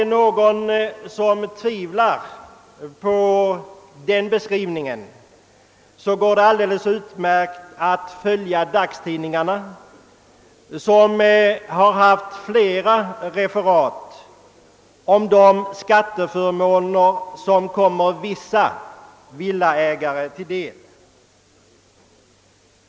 Om någon tvivlar på den beskrivningen kan han få belägg för riktigheten därav genom att följa dagstidningarna, där det har förekommit flera referat om de skatteförmåner som kommer vissa villaägare till del.